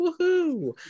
woohoo